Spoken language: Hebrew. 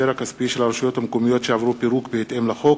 הכספי של הרשויות המקומיות שעברו פירוק בהתאם לחוק,